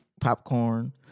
popcorn